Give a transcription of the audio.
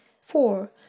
four